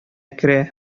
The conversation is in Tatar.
керә